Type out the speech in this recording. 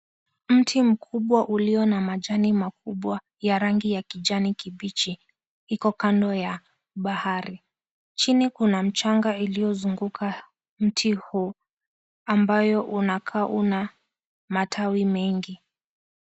Mti mkubwa uliyo na majani makubwa ya rangi ya kijani kibichi iko kando ya bahari chini, kuna mchanga iliyozunguka mti huu ambayo unakaa una matawi mengi.